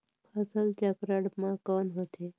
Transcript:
फसल चक्रण मा कौन होथे?